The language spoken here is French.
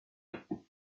pas